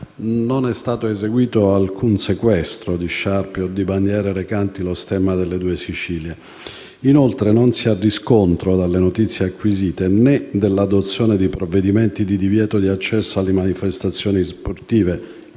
non è stato eseguito alcun sequestro di sciarpe o di bandiere recanti lo stemma delle Due Sicilie. Inoltre non si ha riscontro, dalle notizie acquisite, né dell'adozione di provvedimenti di divieto di accesso alle manifestazioni sportive,